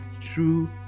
true